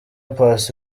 paccy